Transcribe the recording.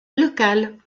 local